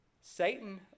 Satan